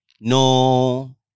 no